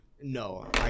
no